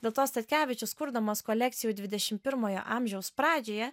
dėl to statkevičius kurdamas kolekcijų dvidešim pirmojo amžiaus pradžioje